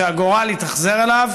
שהגורל התאכזר אליו.